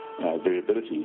variability